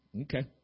okay